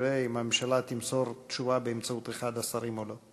נראה אם הממשלה תמסור תשובה באמצעות אחד השרים או לא.